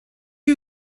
you